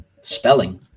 spelling